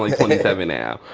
like twenty seven now.